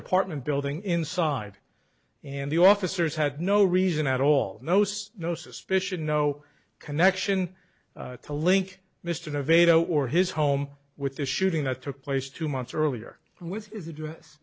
apartment building inside and the officers had no reason at all no sir no suspicion no connection to link mr de vito or his home with the shooting that took place two months earlier with